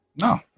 No